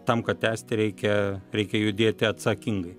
tam kad tęsti reikia reikia judėti atsakingai